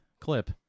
clip